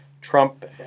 Trump